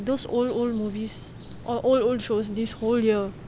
those old old movies or old old shows this whole year